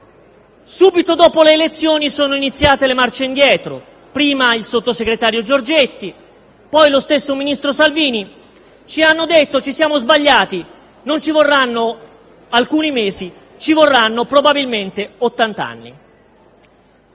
Subito dopo le elezioni sono iniziate le marce indietro: prima il sottosegretario Giorgetti, poi lo stesso ministro Salvini ci hanno detto che si sono sbagliati e che non ci vorranno alcuni mesi ma probabilmente ottant'anni.